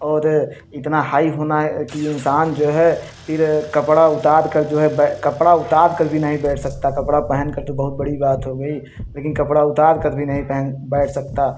और इतना हाई होना है कि इंसान जो है फिर कपड़ा उतार कर जो है कपड़ा उतार कर भी नहीं बैठ सकता कपड़ा पहन कर तो बहुत बड़ी बात हो गई लेकिन कपड़ा उतार कर भी नहीं पहन बैठ सकता